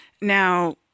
Now